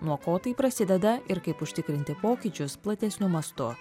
nuo ko tai prasideda ir kaip užtikrinti pokyčius platesniu mastu